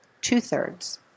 two-thirds